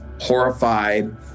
horrified